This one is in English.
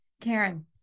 Karen